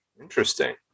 Interesting